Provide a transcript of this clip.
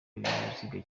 ibinyabiziga